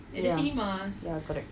ya ya correct